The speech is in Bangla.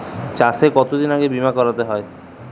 চাষে কতদিন আগে বিমা করাতে হয়?